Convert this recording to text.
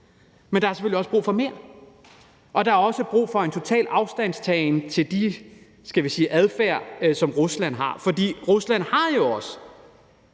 Der er selvfølgelig brug for mere, og der er også brug for en total afstandtagen fra den, skal vi sige adfærd, som Rusland har.